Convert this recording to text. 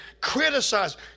Criticize